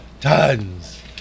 Tons